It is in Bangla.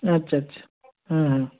আচ্ছা আচ্ছা হুঁ হুঁ